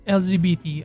lgbt